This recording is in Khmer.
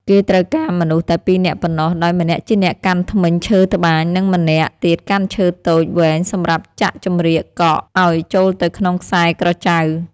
គេត្រូវការមនុស្សតែពីរនាក់ប៉ុណ្ណោះ ដោយម្នាក់ជាអ្នកកាន់ធ្មេញឈើត្បាញ និងម្នាក់ ទៀតកាន់ឈើតូចវែងសំរាប់ចាក់ចំរៀកកក់អោយចូលទៅក្នុងខ្សែក្រចៅ ។